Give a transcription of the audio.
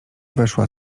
weszła